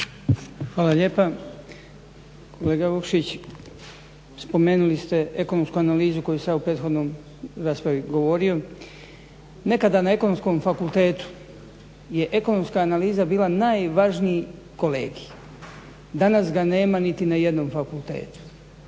Hvala lijepa. Kolega Vukšić, spomenuli ste ekonomsku analizu o kojoj sam ja u prethodnoj raspravi govorio. Nekada na Ekonomskom fakultetu je ekonomska analiza bila najvažniji kolegij, danas ga nema niti na jednom fakultetu.